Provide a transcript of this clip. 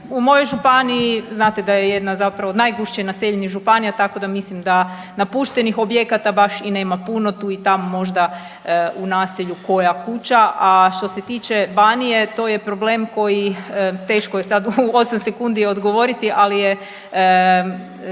U mojoj županiji, znate da je jedna od zapravo najgušće naseljenih županija, tako da mislim da napuštenih objekata baš i nema puno. Tu i tamo možda u naselju koja kuća. A što se tiče Banije to je problem koji teško je sad u osam sekundi odgovoriti, ali je